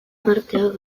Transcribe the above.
arteak